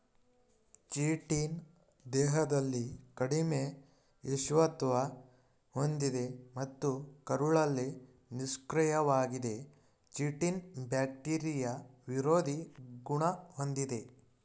chitin ದೇಹದಲ್ಲಿ ಕಡಿಮೆ ವಿಷತ್ವ ಹೊಂದಿದೆ ಮತ್ತು ಕರುಳಲ್ಲಿ ನಿಷ್ಕ್ರಿಯವಾಗಿದೆ ಚಿಟಿನ್ ಬ್ಯಾಕ್ಟೀರಿಯಾ ವಿರೋಧಿ ಗುಣ ಹೊಂದಿದೆ